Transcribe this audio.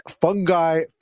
fungi